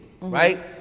right